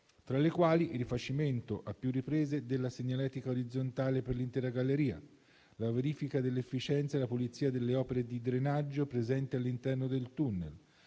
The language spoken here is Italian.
tra le quali: il rifacimento a più riprese della segnaletica orizzontale per l'intera galleria, la verifica dell'efficienza e la pulizia delle opere di drenaggio presenti all'interno del tunnel;